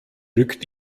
rückt